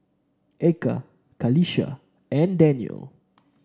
Eka Qalisha and Daniel